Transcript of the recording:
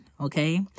okay